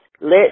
Let